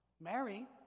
Mary